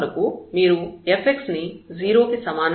దాని కొరకు మీరు Fx ని 0 కి సమానం చేయాలి